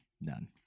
None